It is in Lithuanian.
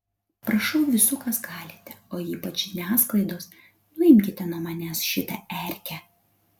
prašau visų kas galite o ypač žiniasklaidos nuimkite nuo manęs šitą erkę